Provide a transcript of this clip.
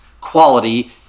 quality